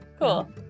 Cool